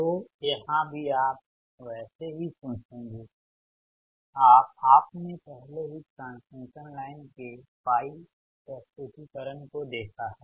तो यहां भी आप वैसे ही सोचेंगे आपने पहले ही ट्रांसमिशन लाइन के पाई प्रस्तुतीकरण को देखा है